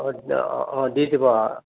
অঁ অঁ অঁ দি দিব অঁ